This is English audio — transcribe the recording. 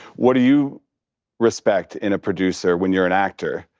what do you respect in a producer when you're an actor?